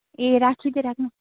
ए राखिदिइ राख्नु